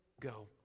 go